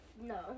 No